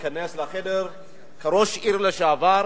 להיכנס לחדר כראש עיר לשעבר,